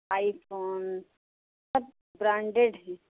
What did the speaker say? iPhone सब branded हैं